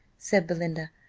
said belinda.